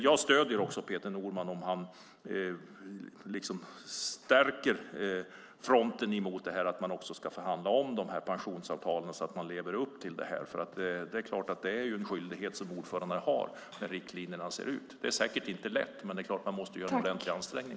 Jag stöder Peter Norman om han stärker fronten mot att man ska förhandla om pensionsavtalen så att man lever upp till riktlinjerna. Det är en skyldighet som ordförandena har med hur riktlinjerna ser ut. Det är säkert inte lätt. Men man måste göra en ordentlig ansträngning.